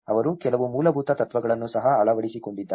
ಅವರು ಕೆಲವು ಮೂಲಭೂತ ತತ್ವಗಳನ್ನು ಸಹ ಅಳವಡಿಸಿಕೊಂಡಿದ್ದಾರೆ